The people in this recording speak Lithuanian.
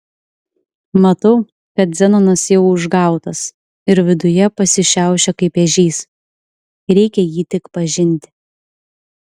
matau kad zenonas jau užgautas ir viduje pasišiaušė kaip ežys reikia jį tik pažinti